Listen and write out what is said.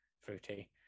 fruity